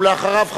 ואחריו,